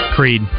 Creed